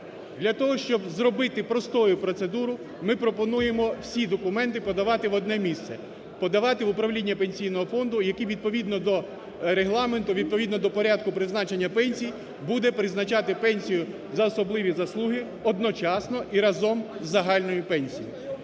Для того, щоб зробити простою процедуру, ми пропонуємо всі документи подавати в одне місце: подавати в управління Пенсійного фонду, яке відповідно до регламенту, відповідно до порядку призначення пенсій буде призначати пенсію за особливі заслуги одночасно і разом з загальною пенсією.